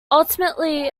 ultimately